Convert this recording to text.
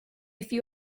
few